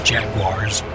Jaguars